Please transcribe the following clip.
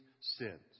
sins